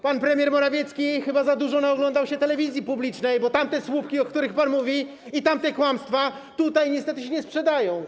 Pan premier Morawiecki chyba za dużo naoglądał się telewizji publicznej, bo te słupki, o których pan tam mówi, i tamte kłamstwa niestety tutaj się nie sprzedają.